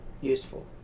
useful